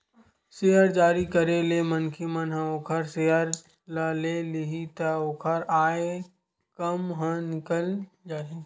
share जारी करे ले मनखे मन ह ओखर सेयर ल ले लिही त ओखर आय काम ह निकल जाही